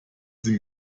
sie